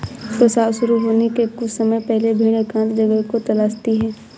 प्रसव शुरू होने के कुछ समय पहले भेड़ एकांत जगह को तलाशती है